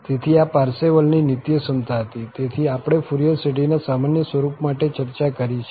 તેથી આ પારસેવલની નિત્યસમતા હતી જેની આપણે ફુરિયર શ્રેઢીના સામાન્ય સ્વરૂપ માટે ચર્ચા કરી છે